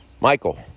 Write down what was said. Michael